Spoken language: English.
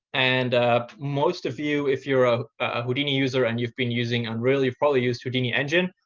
and most of you, if you're a ah houdini user and you've been using unreal, you've probably used houdini engine.